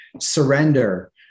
Surrender